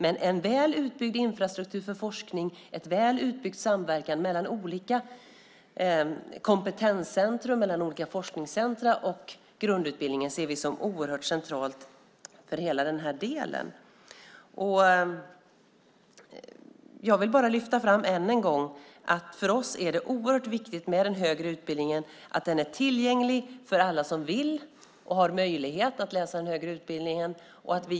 En väl utbyggd infrastruktur för forskning, en väl utbyggd samverkan mellan olika kompetenscentrum, forskningscentrum och grundutbildningen ser vi som oerhört centralt. Jag vill än en gång lyfta fram att det för oss är viktigt att den högre utbildningen är tillgänglig för alla som vill och har möjlighet att läsa en högre utbildning.